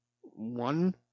one